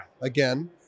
again